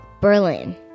Berlin